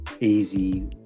easy